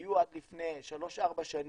היו עד לפני שלוש-ארבע שנים,